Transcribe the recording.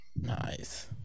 Nice